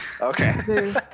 Okay